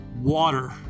water